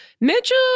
Mitchell